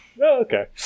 okay